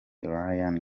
ryan